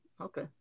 okay